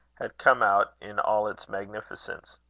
had come out in all its magnificence.